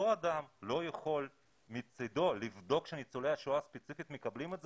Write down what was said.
אותו אדם לא יכול מצדו לבדוק שספציפית ניצולי השואה מקבלים את זה?